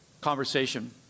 conversation